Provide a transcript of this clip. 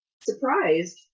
surprised